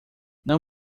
não